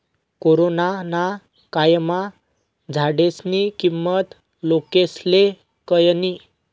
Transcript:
corona ना कायमा झाडेस्नी किंमत लोकेस्ले कयनी